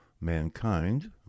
mankind